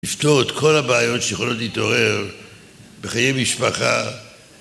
לפתור את כל הבעיות שיכולות להתעורר בחיי משפחה